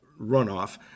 runoff